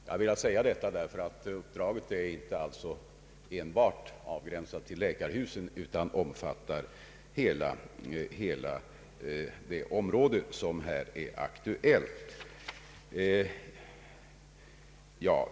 Jag har velat säga detta därför att uppdraget alltså inte är enbart avgränsat till läkarhusen utan omfattar hela det område som här är aktuellt.